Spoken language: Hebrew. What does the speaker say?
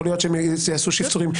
יכול להיות שהם יעשו שיפורים,